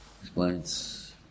explains